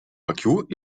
akių